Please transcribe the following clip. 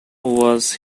was